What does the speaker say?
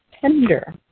tender